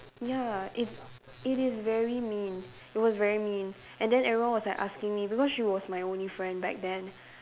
ya it it is very mean it was very mean and then everyone was like asking me because she was my only friend back then